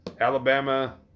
Alabama